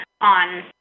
on